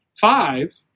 five